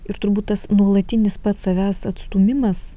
ir turbūt tas nuolatinis pats savęs atstūmimas